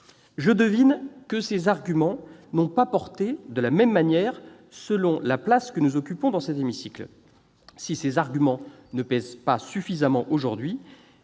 Je devine que ces arguments n'ont pas porté de la même manière selon nos positions dans cet hémicycle ! S'ils ne pèsent pas suffisamment aujourd'hui,